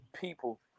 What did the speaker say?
people